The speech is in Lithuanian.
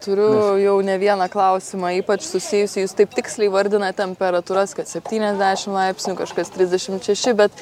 turiu jau ne vieną klausimą ypač susijusį jūs taip tiksliai vardinat temperatūras kad septyniasdešimt laipsnių kažkas trisdešimt bet